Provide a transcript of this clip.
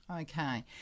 Okay